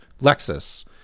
Lexus